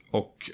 och